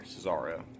Cesaro